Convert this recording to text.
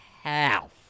half